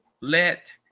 let